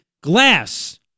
glass